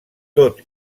tot